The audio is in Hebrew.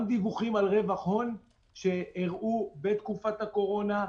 גם דיווחים על רווח הון שהראו בתקופת הקורונה,